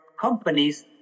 companies